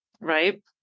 right